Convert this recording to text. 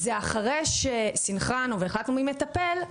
זה אחרי שסנכרנו והחלטנו מי מטפל,